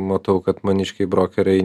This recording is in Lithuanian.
matau kad maniškiai brokeriai